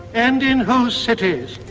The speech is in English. and in whose cities,